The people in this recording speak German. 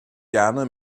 gerne